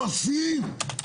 לא עושים.